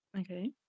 Okay